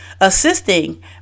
Assisting